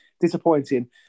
disappointing